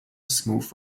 smooth